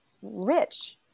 rich